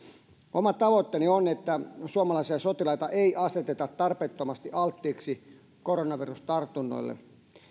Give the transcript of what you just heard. oma tavoitteeni on että suomalaisia sotilaita ei aseteta tarpeettomasti alttiiksi koronavirustartunnoille